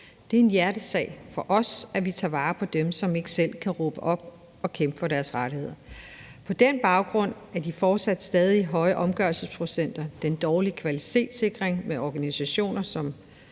Det er en hjertesag for os, at vi tager vare på dem, som ikke selv kan råbe op og kæmpe for deres rettigheder. På baggrund af de stadig høje omgørelsesprocenter, den dårlige kvalitetssikring og de store